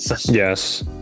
Yes